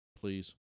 please